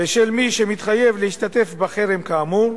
ושל מי שמתחייב להשתתף בחרם כאמור,